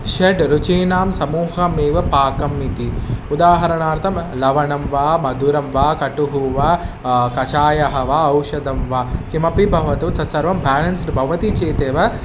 षड् रुचिणां समूहमेव पाकम् इति उदाहरणार्थं लवणं वा मधुरं वा कटुः वा कषायः वा औषधं वा किमपि भवतु तत् सर्वं बालेन्स्ड् भवति चेतेव